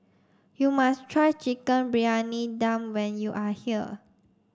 you must try chicken Briyani Dum when you are here